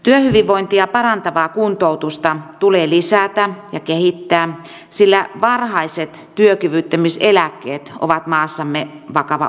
työhyvinvointia parantavaa kuntoutusta tulee lisätä ja kehittää sillä varhaiset työkyvyttömyyseläkkeet ovat maassamme vakava ongelma